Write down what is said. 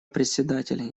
председатель